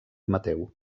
mateu